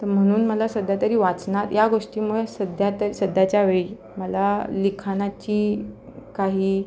तर म्हणून मला सध्या तरी वाचणार या गोष्टीमुळे सध्या तर सध्याच्या वेळी मला लिखाणाची काही